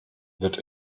wird